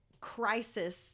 crisis